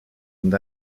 und